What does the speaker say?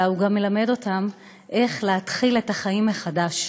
אלא הוא גם מלמד אותן איך להתחיל את החיים מחדש,